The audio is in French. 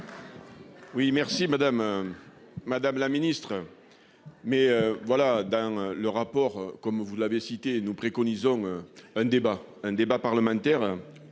madame. Madame la Ministre. Mais voilà, dans le rapport comme vous l'avez cité, nous préconisons un débat, un débat parlementaire.